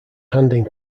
handing